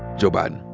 joe biden.